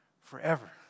forever